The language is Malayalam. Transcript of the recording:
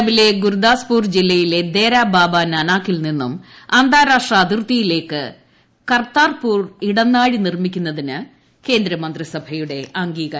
പഞ്ചാബിലെ ഗുർദാസ്പൂർ ജില്ലയിലെ ദേരാബാബാ നാനാക്കിൽ നിന്നും അന്താരാഷ്ട്ര അതിർത്തിയിലേക്ക് കർത്താപൂർ ഇടനാഴി നിർമ്മിക്കുന്നതിന് കേന്ദ്രമന്ത്രിസഭയുടെ അംഗീകാരം